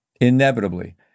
inevitably